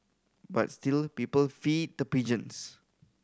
but still people feed the pigeons